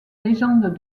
légende